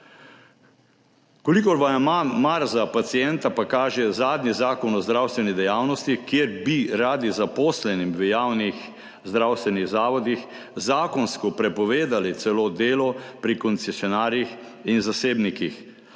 Koliko vam je mar za pacienta, pa kaže zadnji Zakon o zdravstveni dejavnosti, kjer bi radi zaposlenim v javnih zdravstvenih zavodih zakonsko prepovedali celo delo pri koncesionarjih in zasebnikih.